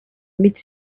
mid